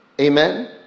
amen